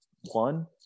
one